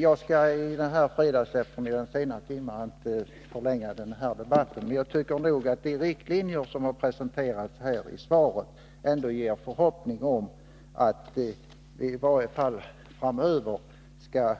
Jag skall inte förlänga debatten i denna sena timme på fredagseftermiddagen, utan jag vill sluta med att säga att jag trots allt tycker att de riktlinjer som har presenterats i svaret ger en förhoppning om att vi i varje fall framöver skall